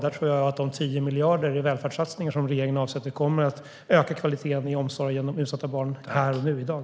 Där tror jag att de 10 miljarder i välfärdssatsningar som regeringen avsätter kommer att öka kvaliteten i omsorgen om utsatta barn här och nu, i dag.